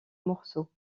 morceaux